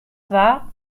twa